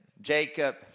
Jacob